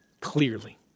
clearly